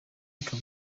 ikaba